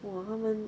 !wah! 他们